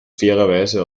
fairerweise